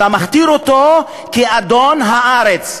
אתה מכתיר אותו לאדון הארץ.